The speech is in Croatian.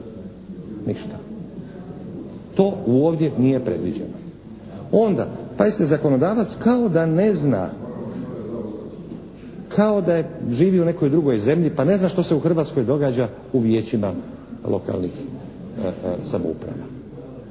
Ništa. To ovdje nije predviđeno. Onda, pazite zakonodavac kao da ne zna, kao da je živio u nekoj drugoj zemlji pa ne zna što se u Hrvatskoj događa u vijećima lokalnih samouprava.